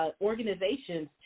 organizations